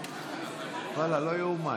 ואללה, לא ייאמן.